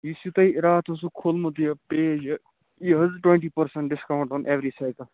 یُس یہِ تۄہہِ راتھ اوسُو کھولمُت پیج یہِ یہِ حظ twenty percent discount on every cycle